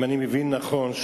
אם אני מבין נכון,